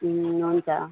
हुन्छ